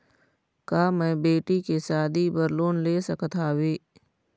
का मैं बेटी के शादी बर लोन ले सकत हावे?